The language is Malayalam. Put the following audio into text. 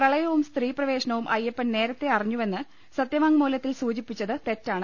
പ്രളയവും സ്ത്രീപ്രവേശവും അയ്യപ്പൻ നേരത്തെ അറിഞ്ഞു വെന്ന് സത്യവാങ്മൂലത്തിൽ സൂചിപ്പിച്ചത് തെറ്റാണ്